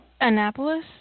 Annapolis